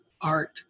art